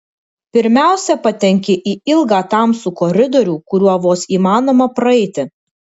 pirmiausia patenki į ilgą tamsų koridorių kuriuo vos įmanoma praeiti